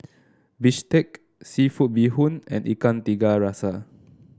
bistake seafood Bee Hoon and Ikan Tiga Rasa